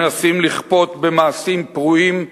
המנסים לכפות במעשים פרועים,